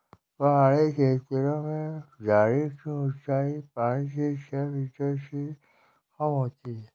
पहाड़ी छेत्रों में झाड़ी की ऊंचाई पांच से छ मीटर से कम होती है